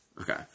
Okay